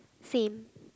same